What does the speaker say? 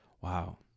Wow